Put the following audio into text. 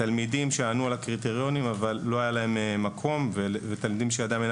תלמידים שענו על הקריטריונים אבל לא היה להם מקום ותלמידים שידם אינה